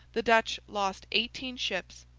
the dutch lost eighteen ships,